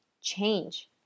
change